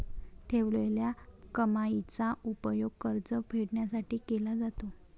ठेवलेल्या कमाईचा उपयोग कर्ज फेडण्यासाठी केला जातो